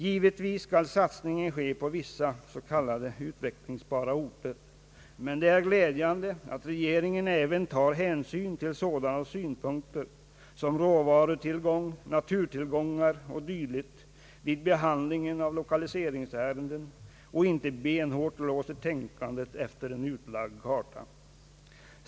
Givetvis skall satsning ske på vissa s.k. utvecklingsbara orter, men det är glädjande att regeringen även tar hänsyn till sådana synpunkter som råvarutillgång, naturtillgångar och dylikt vid behandling av = lokaliseringsärenden och icke benhårt låser tänkandet efter en utlagd karta.